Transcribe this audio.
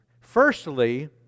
Firstly